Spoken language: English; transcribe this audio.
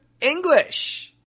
English